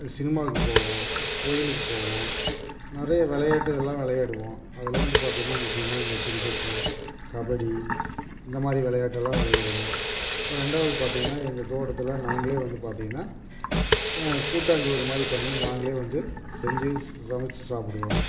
சினிமாவுக்கு போவோம் கோவிலுக்கு போவோம் நிறைய விளையாட்டுகளாம் விளையாடுவோம் அதில் வந்து பார்த்திங்கனா முக்கியமாக அந்த கிரிக்கெட்டு கபடி இந்தமாதிரி விளையாட்டு எல்லாம் விளையாடுவோம் அப்புறம் ரெண்டாவது பார்த்திங்கன்னா எங்கள் தோட்டத்தில் நாங்களே வந்து பார்த்திங்கனா கூட்டாஞ்சோறு மாதிரி பண்ணி நாங்களே வந்து செஞ்சு சமைச்சி சாப்பிடுவோம்